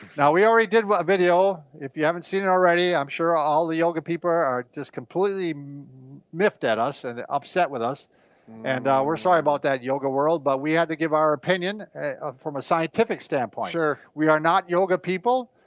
now, we already did one video. if you haven't seen it already, i'm sure all the yoga people are just completely miffed at us and upset with us and we're sorry about that, yoga world, but we had to give our opinion from a scientific standpoint. sure. we are not yoga people.